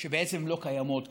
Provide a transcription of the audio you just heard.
אלא שבעצם הן לא קיימות כמעט.